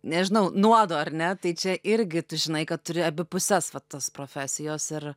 nežinau nuodo ar ne tai čia irgi tu žinai kad turi abi puses va tos profesijos ir